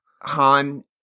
Han